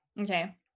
okay